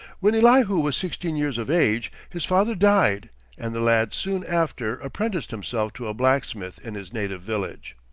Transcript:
when elihu was sixteen years of age, his father died and the lad soon after apprenticed himself to a blacksmith in his native village.